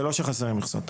זה לא שחסרות מכסות.